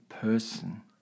person